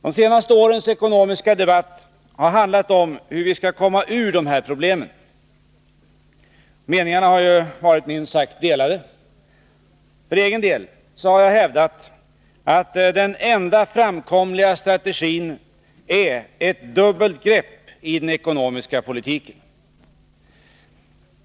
De senaste årens ekonomiska debatt har handlat om hur vi skall komma ur de här problemen. Meningarna har varit minst sagt delade. För egen del har jag hävdat att den enda framkomliga strategin är ett dubbelt grepp i den ekonomiska politiken.